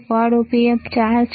Quad Op Amp 4 છે